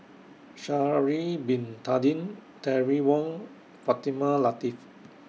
Sha'Ari Bin Tadin Terry Wong and Fatimah Lateef